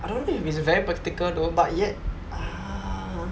I don't think it's very practical though but yet ah